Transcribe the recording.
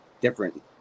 different